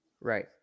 Right